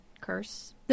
curse